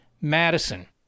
Madison